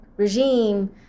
regime